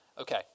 Okay